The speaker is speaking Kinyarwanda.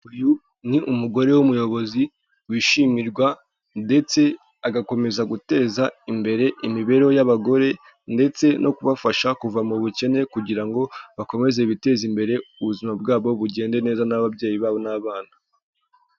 Uyu ni umugore w'umuyobozi wishimirwa ndetse agakomeza guteza imbere imibereho y'abagore ndetse no kubafasha kuva mu bukene kugira ngo bakomeze biteze imbere ubuzima bwabo bugende neza n'ababyeyi babo n'abana.